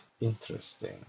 Interesting